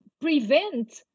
prevent